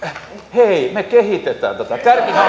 hei me kehitetään tätä kärkihankkeilla tietenkin hei hyvät ystävät